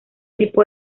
tipo